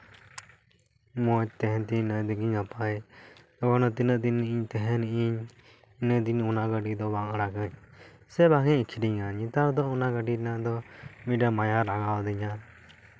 ᱢᱚᱡᱽ ᱛᱟᱦᱮᱱ ᱛᱤᱧ ᱤᱱᱟᱹ ᱛᱮᱜᱮ ᱱᱟᱯᱟᱭ ᱱᱚᱣᱟ ᱛᱤᱱᱟᱹᱜ ᱫᱤᱱᱤᱧ ᱛᱟᱦᱮᱱ ᱤᱧ ᱤᱱᱟᱹᱜ ᱫᱤᱱ ᱚᱱᱟ ᱜᱟᱹᱰᱤ ᱫᱚ ᱵᱟᱝ ᱟᱲᱟᱜᱟᱹᱧ ᱥᱮ ᱵᱟᱝᱤᱧ ᱟᱹᱠᱷᱨᱤᱧᱟ ᱱᱮᱛᱟᱨ ᱫᱚ ᱚᱱᱟ ᱜᱟᱹᱰᱤ ᱨᱮᱱᱟᱜ ᱫᱚ ᱢᱟᱭᱟ ᱞᱟᱜᱟᱣᱟᱹᱫᱤᱧᱟ